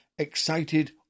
excited